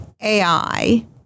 AI